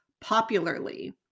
popularly